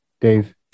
Dave